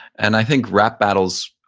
and i think rap battles,